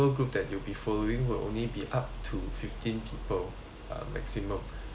group that you'll be following will only be up to fifteen people uh maximum